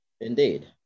Indeed